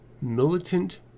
Militant